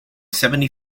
seventy